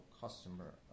customer